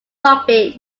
rugby